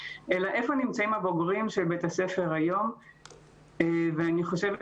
אלא איפה נמצאים הבוגרים של בית הספר היום ואני חושבת